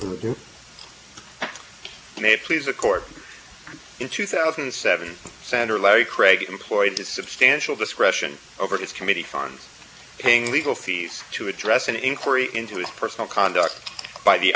radio may please a court in two thousand and seven center larry craig employed to substantial discretion over his committee funds paying legal fees to address an inquiry into his personal conduct by the idaho